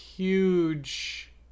Huge